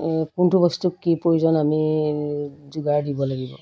কোনটো বস্তু কি প্ৰয়োজন আমি যোগাৰ দিব লাগিব